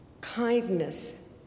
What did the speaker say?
kindness